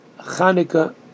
Hanukkah